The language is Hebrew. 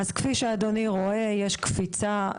כפי שאדוני רואה יש קפיצה,